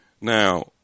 Now